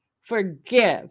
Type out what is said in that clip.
forgive